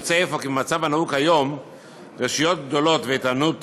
יוצא אפוא כי במצב הנהוג כיום רשויות גדולות ואיתנות